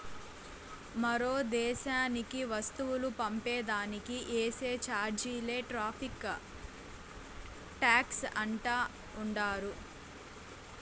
మరో దేశానికి వస్తువులు పంపే దానికి ఏసే చార్జీలే టార్రిఫ్ టాక్స్ అంటా ఉండారు